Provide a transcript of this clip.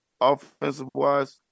offensive-wise